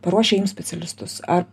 paruošia jum specialistus ar